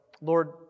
Lord